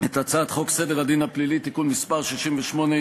את הצעת חוק סדר הדין הפלילי (תיקון מס' 68),